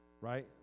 right